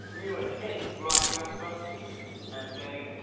you were king. right, jasper and bailey,